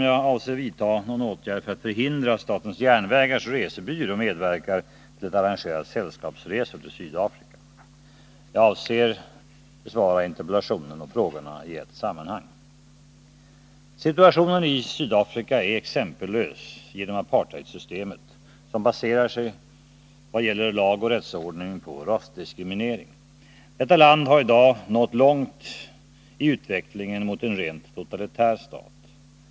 Jag avser besvara interpellationen och frågorna i ett sammanhang. Situationen i Sydafrika är exempellös genom apartheidsystemet, som baserar lag och rättsordning på rasdiskriminering. Detta land har i dag nått långt i utvecklingen mot totalitär stat.